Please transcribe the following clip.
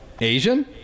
Asian